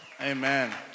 Amen